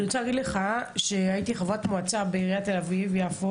אני רוצה להגיד לך שהייתי חברת מועצה בעיריית תל אביב-יפו.